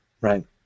right